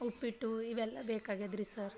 ಉಪ್ಪಿಟ್ಟು ಇವೆಲ್ಲ ಬೇಕಾಗ್ಯದ್ರಿ ಸರ್